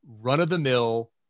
run-of-the-mill